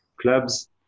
clubs